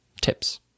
tips